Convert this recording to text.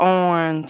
on